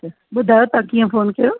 ॿुधायो तव्हां कीअं फ़ोन कयो